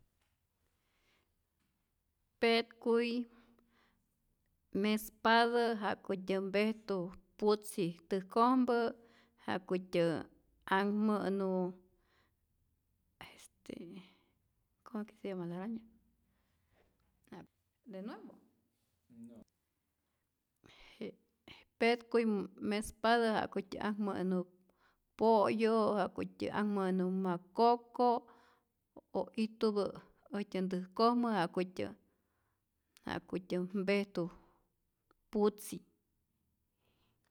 Petkuy mespatä ja'kutyä mpejtu putzi täjkojmpä, ja'kutyä anhmä'nu (como es que se llama araña, unomä. amu'), petkuy mespatä ja'kutya anhmä'nu po'yo', ja'kutyä anhmä'nu makoko' o ijtupä äjtyä ntäjkojmä, ja'kutyät ja'kutyät mpejtu putzi.